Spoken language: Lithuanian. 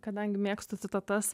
kadangi mėgstu citatas